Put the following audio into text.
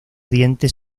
dientes